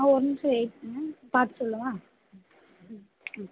ஆ ஒரு நிமிஷம் வெயிட் பண்ணுங்க பார்த்து சொல்லவா ம் ம்